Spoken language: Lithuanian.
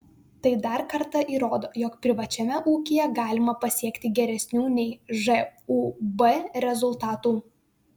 tai dar kartą įrodo jog privačiame ūkyje galima pasiekti geresnių nei žūb rezultatų